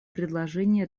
предложений